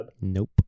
Nope